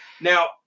Now